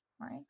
right